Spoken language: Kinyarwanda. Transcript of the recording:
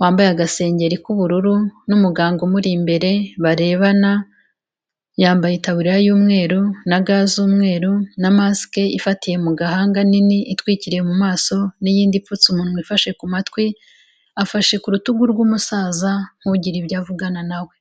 wambaye agasengeri k'ubururu, n'umuganga umuri imbere barebana, yambaye itaburiya y'umweru, na ga z'umweru, na masike ifatiye mu gahanga nini, itwikiriye mu maso, n'iyindi ipfutse umunwa ifashe ku matwi, afashe ku rutugu rw'umusaza, nk'ugira ibyo avugana na we.